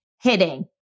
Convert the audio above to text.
hitting